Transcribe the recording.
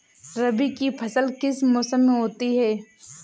रबी की फसल किस मौसम में होती है?